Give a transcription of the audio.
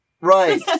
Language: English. right